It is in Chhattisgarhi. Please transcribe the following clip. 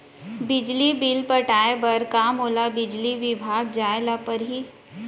बिजली बिल पटाय बर का मोला बिजली विभाग जाय ल परही?